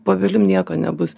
po obelim nieko nebus